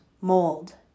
mold